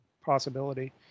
possibility